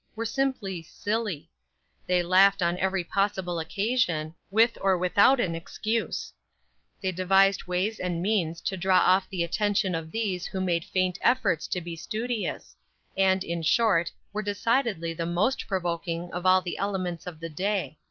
were simply silly they laughed on every possible occasion, with or without an excuse they devised ways and means to draw off the attention of these who made faint efforts to be studious and, in short, were decidedly the most provoking of all the elements of the day.